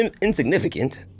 insignificant